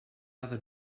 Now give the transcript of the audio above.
other